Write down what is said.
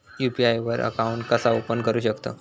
UPI वर account कसा open करू शकतव?